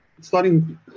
starting